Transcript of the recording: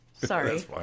Sorry